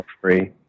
free